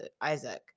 Isaac